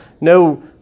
no